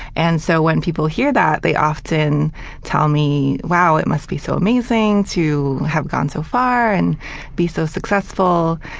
and so when people hear that, they often tell me, wow, it must be so amazing to have gone so far and be so successful.